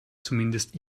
zumindest